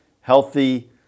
healthy